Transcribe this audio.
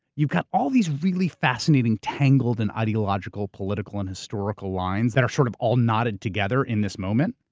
you got all these really fascinating tangled and ideological political and historical lines, that are sort of all knotted together in this moment.